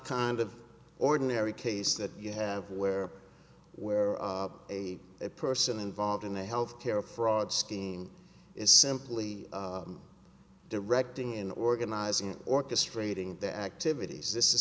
kind of ordinary case that you have where where a person involved in the health care fraud scheme is simply directing an organizing orchestrating the activities this is